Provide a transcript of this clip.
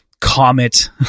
comet